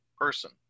person